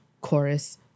chorus